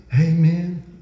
amen